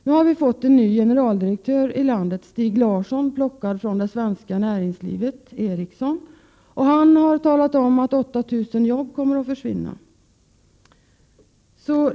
Nu har vi fått en ny generaldirektör för SJ — Stig Larsson, som hämtats från det svenska näringslivet, nämligen LM Ericsson. Han har talat om att 8 000 jobb kommer att försvinna inom SJ.